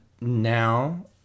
Now